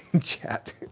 chat